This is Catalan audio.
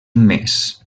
més